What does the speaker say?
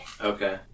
Okay